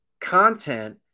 Content